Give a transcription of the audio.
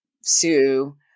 sue